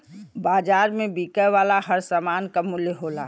बाज़ार में बिके वाला हर सामान क मूल्य होला